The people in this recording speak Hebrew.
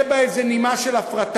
תהיה בה נימה של הפרטה,